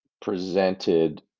presented